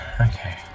okay